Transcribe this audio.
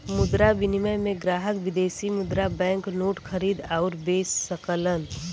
मुद्रा विनिमय में ग्राहक विदेशी मुद्रा बैंक नोट खरीद आउर बे सकलन